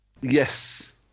Yes